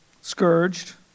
scourged